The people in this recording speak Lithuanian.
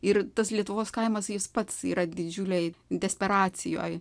ir tas lietuvos kaimas jis pats yra didžiulėj desperacijoj